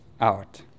out